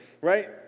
right